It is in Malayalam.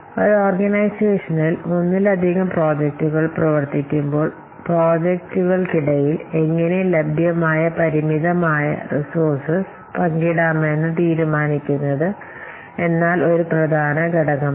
ഒരു ഓർഗനൈസേഷനിൽ ഒന്നിലധികം പ്രോജക്റ്റുകൾ പ്രവർത്തിക്കുന്നതിനാൽ പ്രോജക്റ്റുകൾക്കിടയിൽ എങ്ങനെ റിസോഴ്സ് പങ്കിടാമെന്ന് തീരുമാനിക്കുന്നത് എന്നാൽ ഒരു പ്രധാന ഘടകമായ ഏത് പ്രോജക്റ്റിന് ഏത് ഉറവിടമാണ് അനുവദിക്കേണ്ടതെന്ന് എപ്പോൾ തീരുമാനിക്കാമെന്ന് റിസോഴ്സ് പരിമിതപ്പെടുത്തിയിരിക്കുന്നു